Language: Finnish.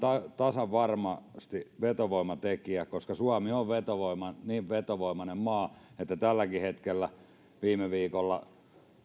tasan varmasti vetovoimatekijä koska suomi on niin vetovoimainen maa että viime viikollakin